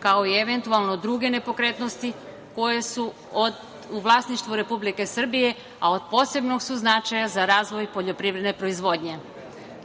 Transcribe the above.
kao i eventualno druge nepokretnosti koje su u vlasništvu Republike Srbije, a od posebnog su značaja za razvoj poljoprivredne proizvodnje.